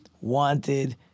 wanted